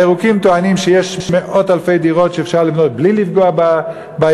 והירוקים טוענים שיש מאות-אלפי דירות שאפשר לבנות בלי לפגוע בירוק.